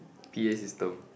p_a system